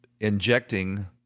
injecting